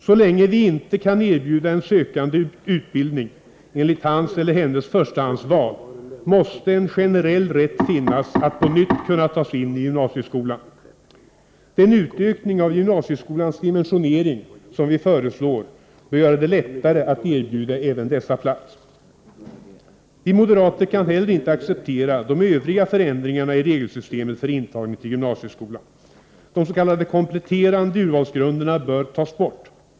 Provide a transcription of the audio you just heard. Så länge vi inte kan erbjuda en sökande utbildning enligt hans eller hennes förstahandsval, måste en generell rätt finnas att på nytt kunna tas in i gymnasieskolan. Den utökning av gymnasieskolans dimensionering som vi föreslår bör göra det lättare att erbjuda även dessa plats. Vi moderater kan heller inte acceptera de övriga förändringarna i regelsystemet för intagning till gymnasieskolan. De s.k. kompletterande urvalsgrunderna bör tas bort.